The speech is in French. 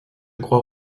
croix